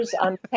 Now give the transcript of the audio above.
on